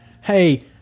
hey